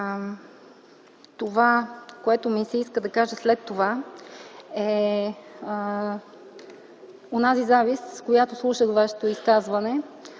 Това, което ми се иска да кажа след това, е онази завист, с която слушах Вашето изказване